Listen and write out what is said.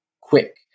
quick